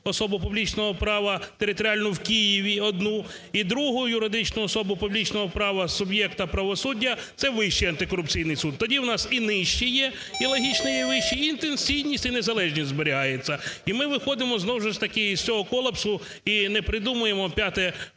особу публічного права, територіальну в Києві одну, і другу юридичну особу публічного права суб'єкту правосуддя, це Вищий антикорупційний суд. Тоді у нас і нижчй є, і логічно є вищий, і інтенсивність і незалежність зберігається. І ми виходимо знову ж таки з цього колапсу і не придумуємо п'яте